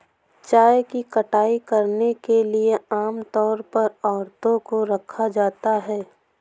चाय की कटाई करने के लिए आम तौर पर औरतों को रखा जाता है